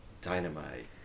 Dynamite